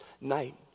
night